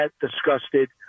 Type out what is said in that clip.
disgusted